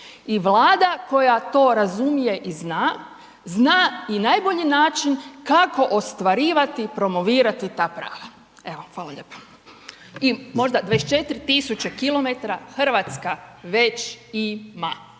I Vlada koja to razumije i zna, zna i najbolji način kako ostvarivati i promovirati ta prava. Evo, hvala lijepa. I možda, 24 tisuće kilometara Hrvatska već ima.